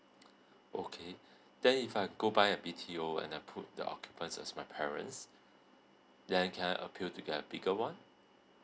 okay then if I go by a B_T_O and I put the occupants as my parents then can I appeal to get a bigger one